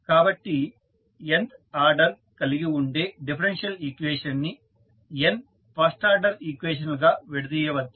కాబట్టి n order కలిగి ఉండే డిఫరెన్షియల్ ఈక్వేషన్ ని n ఫస్ట్ ఆర్డర్ ఈక్వేషన్ లుగా విడదీయవచ్చు